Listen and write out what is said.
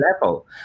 level